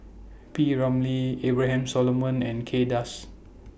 P Ramlee Abraham Solomon and Kay Das